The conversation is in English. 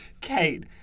Kate